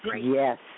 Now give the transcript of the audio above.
yes